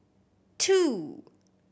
two